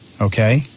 Okay